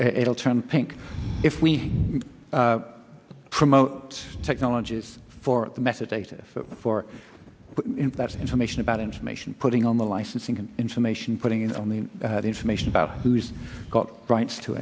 it'll turn pink if we promote technology is for the method data for information about information putting on the licensing information putting in information about who's got rights to